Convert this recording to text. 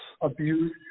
abuse